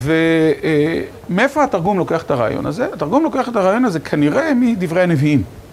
ומאיפה התרגום לוקח את הרעיון הזה? התרגום לוקח את הרעיון הזה כנראה מדברי הנביאים.